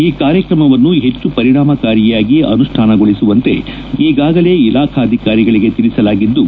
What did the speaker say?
ಈ ಕಾರ್ಯಕ್ರಮವನ್ನು ಹೆಚ್ಚು ಪರಿಣಾಮಕಾರಿಯಾಗಿ ಅನುಷ್ಠಾನಗೊಳಿಸುವಂತೆ ಈಗಾಗಲೇ ಇಲಾಬಾಧಿಕಾರಿಗಳಿಗೆ ತಿಳಿಸಲಾಗಿದ್ದು